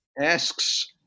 asks